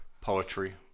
poetry